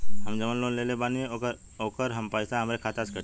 हम जवन लोन लेले बानी होकर पैसा हमरे खाते से कटी?